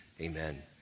Amen